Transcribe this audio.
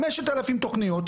5,000 תוכניות,